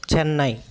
Chennai